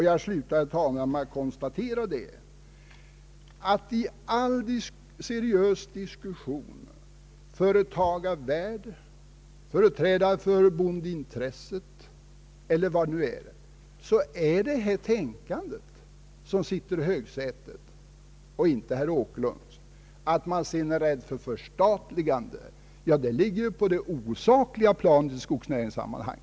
Jag slutar, herr talman, med att konstatera att i all seriös diskussion i företagarvärlden, bland företrädare för bondeintressen och på alla andra håll finns detta tänkande i högsätet och inte herr Åkerlunds. Att man sedan är rädd för förstatligande är något som ligger på det ovidkommande planet i skogsnäringssammanhang.